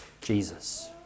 jesus